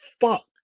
fuck